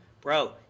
Bro